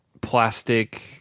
plastic